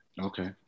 Okay